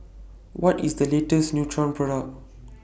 What IS The latest Nutren Product